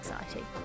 exciting